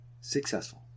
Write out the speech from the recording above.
successful